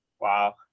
Wow